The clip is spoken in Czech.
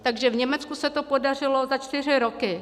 Takže v Německu se to podařilo za čtyři roky.